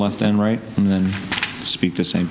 left and right and then speak the same